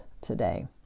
today